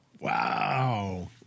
Wow